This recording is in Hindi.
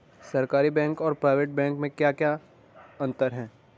सरकारी बैंक और प्राइवेट बैंक में क्या क्या अंतर हैं?